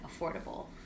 affordable